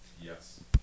yes